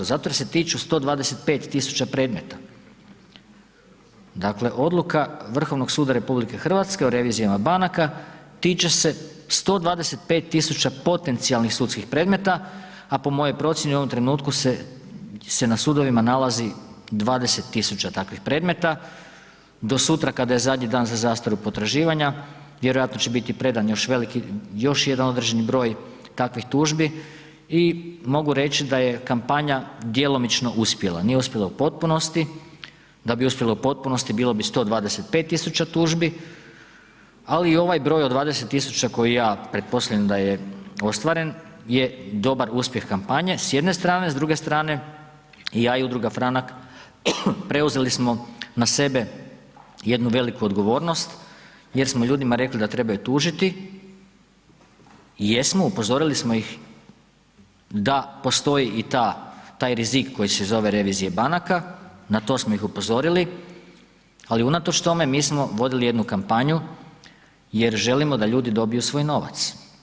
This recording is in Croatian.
Zato jer se tiču 125000 predmeta, dakle, odluka Vrhovnog suda RH o revizijama banaka tiče se 125000 potencijalnih sudskih predmeta, a po mojoj procijeni u ovom trenutku se na sudovima nalazi 20000 takvih predmeta, do sutra kada je zadnji dan za zastaru potraživanja vjerojatno će biti i predan još jedan određeni broj takvih tužbi i mogu reći da je kampanja djelomično uspela, nije uspjela u potpunosti, da bi uspjela u potpunosti bilo bi 125000 tužbi, ali i ovaj broj od 20000 koji ja pretpostavljam da je ostvaren, je dobar uspjeh kampanje s jedne strane, s druge strane ja i udruga Franak preuzeli smo na sebe jednu veliku odgovornost jer smo ljudima rekli da trebaju tužiti i jesmo upozorili smo ih da postoji i taj rizik koji se zove revizije banaka, na to smo ih upozorili, ali unatoč tome mi smo vodili jednu kampanju jer želimo da ljudi dobiju svoj novac.